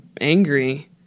angry